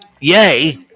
Yay